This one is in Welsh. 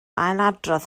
ailadrodd